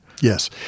Yes